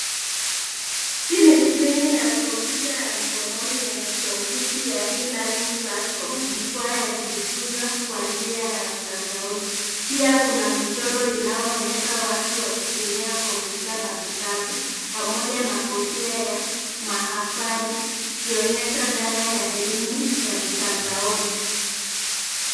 Hii ni skrini ya kompyuta ya mkononi yenye tovuti ya e-learning platform, jukwaa ya kujifunza kwa njia ya mtandaoni. Pia kuna michoro inayoonyesha watu wakitumia computer na vitabu, pamoja na kofia ya mahafali, ikionyesha dhana ya elimu ya mtandaoni.